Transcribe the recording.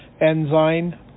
Enzyme